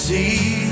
See